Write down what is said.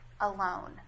alone